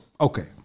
Okay